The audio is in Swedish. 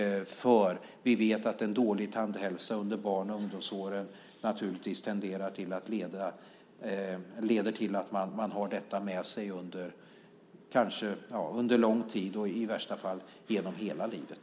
Vi vet att en dålig tandhälsa under barn och ungdomsåren naturligtvis leder till att man har detta med sig under lång tid, i värsta fall genom hela livet.